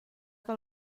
que